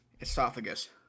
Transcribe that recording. esophagus